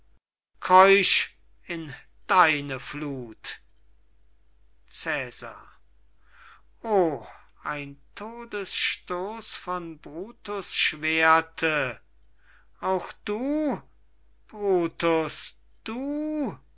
in deine flut cäsar o ein todesstoß von brutus schwerte auch du brutus du